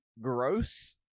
gross